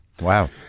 Wow